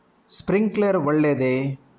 Sprinkler ಒಳ್ಳೇದೇ?